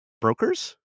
brokers